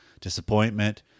disappointment